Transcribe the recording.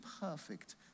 perfect